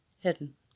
hidden